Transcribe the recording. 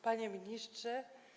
Panie Ministrze!